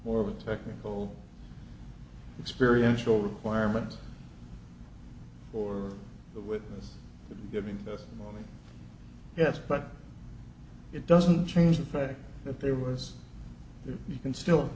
more of a technical experience or requirement or the witness giving testimony yes but it doesn't change the fact that there was the you can still